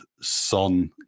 Son